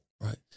Right